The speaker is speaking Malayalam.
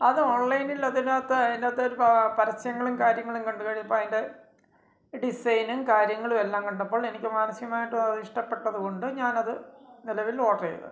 അത് ഓൺലൈനിലതിനകത്ത് അതിനകത്തെ പരസ്യങ്ങളും കാര്യങ്ങളും കണ്ട് കഴിഞ്ഞപ്പോള് അതിൻ്റെ ഡിസൈനും കാര്യങ്ങളും എല്ലാം കണ്ടപ്പോഴെനിക്ക് മാനസികമായിട്ടും അതിഷ്ടപ്പെട്ടതുകൊണ്ട് ഞാനത് നിലവിൽ ഓഡ്രെയ്തത്